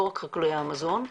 לא רק לוחמי מזון.